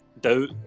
doubt